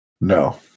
No